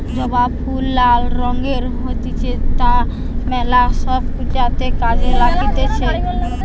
জবা ফুল লাল রঙের হতিছে তা মেলা সব পূজাতে কাজে লাগতিছে